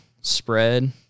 spread